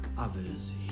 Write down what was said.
others